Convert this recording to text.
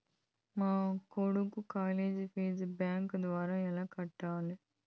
మా కొడుకు college fees bank ద్వారా ఎలా కట్టాలి?